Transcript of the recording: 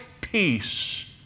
peace